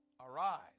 Arise